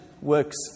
works